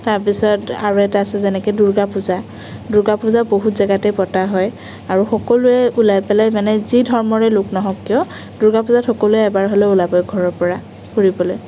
তাৰপিছত আৰু এটা আছে যেনেকৈ দূৰ্গা পূজা দূৰ্গা পূজা বহুত জেগাতেই পতা হয় আৰু সকলোৱে ওলাই পেলাই মানে যি ধৰ্মৰে লোক নহওঁক কিয় দূৰ্গা পূজাত সকলোৱে এবাৰ হ'লেও ওলাবই ঘৰৰ পৰা ফুৰিবলৈ